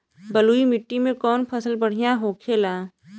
बलुई मिट्टी में कौन फसल बढ़ियां होखे ला?